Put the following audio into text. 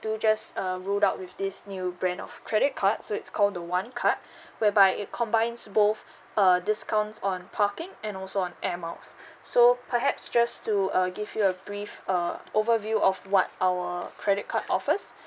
do just uh rolled out with this new brand of credit card so it's called the one card whereby it combines both uh discounts on parking and also on air miles so perhaps just to uh give you a brief uh overview of what our credit card offers